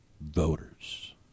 voters